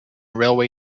railway